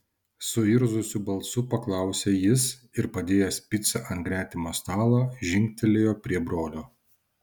suirzusiu balsu paklausė jis ir padėjęs picą ant gretimo stalo žingtelėjo prie brolio